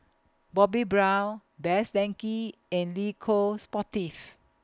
Bobbi Brown Best Denki and Le Coq Sportif